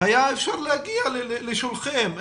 היה אפשר להגיע לשולחיהם.